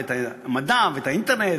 את המדע ואת האינטרנט,